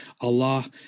Allah